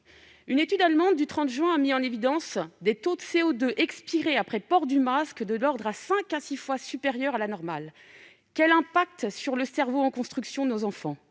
Une étude allemande du 30 juin dernier a mis en évidence des taux de CO2 expiré après port du masque de cinq à six fois supérieurs à la normale. Quel impact sur le cerveau en construction de nos enfants ?